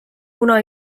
kuna